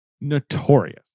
Notorious